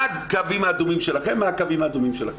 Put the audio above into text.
מה הקווים האדומים שלכם, מה הקווים האדומים שלכם.